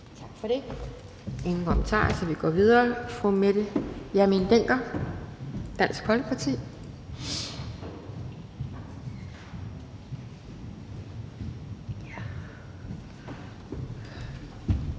Tak for det. Der er ingen kommentarer, så vi går videre. Fru Mette Hjermind Dencker, Dansk Folkeparti.